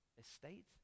estate